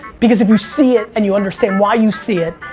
because if you see it and you understand why you see it,